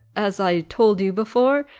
as i told you before,